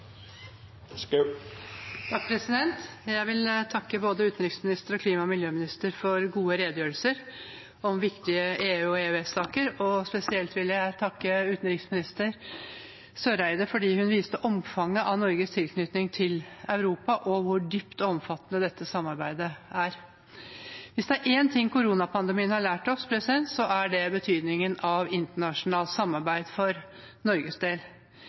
Jeg vil takke både utenriksministeren og klima- og miljøministeren for gode redegjørelser om viktige EU- og EØS-saker. Spesielt vil jeg takke utenriksminister Eriksen Søreide fordi hun viste omfanget av Norges tilknytning til Europa og hvor dypt og omfattende dette samarbeidet er. Hvis det er én ting koronapandemien har lært oss, er det betydningen av internasjonalt samarbeid for Norges del.